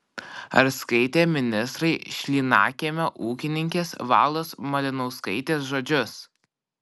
ar skaitė ministrai šlynakiemio ūkininkės valdos malinauskaitės žodžius